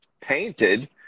painted